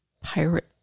pirate